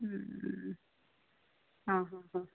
हा हा हा